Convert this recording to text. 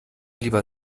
lieber